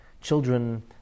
children